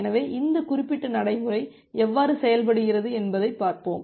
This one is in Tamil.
எனவே இந்த குறிப்பிட்ட நடைமுறை எவ்வாறு செயல்படுகிறது என்பதைப் பார்ப்போம்